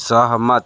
सहमत